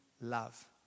love